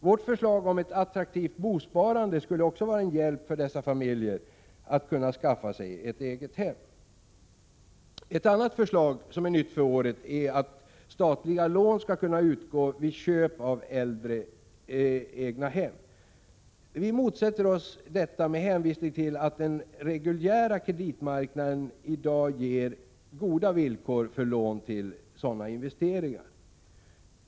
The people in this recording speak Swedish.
Ett attraktivt bosparande som det vi föreslår skulle också vara en hjälp för dessa familjer att skaffa sig ett eget hem. Ett annat förslag, som är nytt för året, är att statliga lån skall kunna utgå vid köp av äldre egnahem. Vi motsätter oss detta med hänvisning till att det på den reguljära kreditmarknaden i dag erbjuds goda villkor för lån till sådana investeringar.